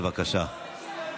בבקשה.